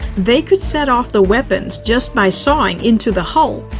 they could set off the weapons just by sawing into the hull.